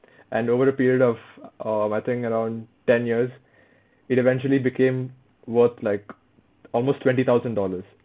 and over the period of err I think around ten years it eventually became worth like almost twenty thousand dollars